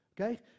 Okay